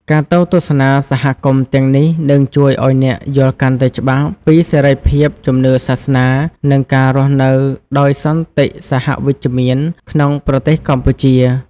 ការទៅទស្សនាសហគមន៍ទាំងនេះ នឹងជួយឱ្យអ្នកយល់កាន់តែច្បាស់ពីសេរីភាពជំនឿសាសនា និងការរស់នៅដោយសន្តិសហវិជ្ជមានក្នុងប្រទេសកម្ពុជា។